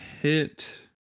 hit